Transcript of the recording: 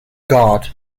guard